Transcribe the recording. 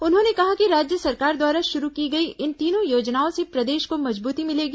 उन्होंने कहा कि राज्य सरकार द्वारा शुरू की गई इन तीनों योजनाओं से प्रदेश को मजबूती मिलेगी